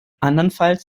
andernfalls